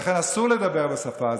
לכן אסור לדבר בשפה הזאת.